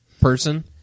person